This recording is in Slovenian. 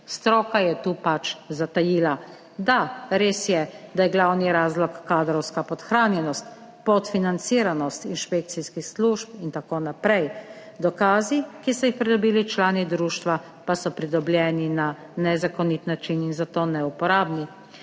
Stroka je tu zatajila. Da res je, da je glavni razlog kadrovska podhranjenost, podfinanciranost inšpekcijskih služb in tako naprej, dokazi, ki so jih pridobili člani društva, pa so pridobljeni na nezakonit način in za to neuporabni.